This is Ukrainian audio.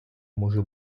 може